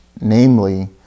namely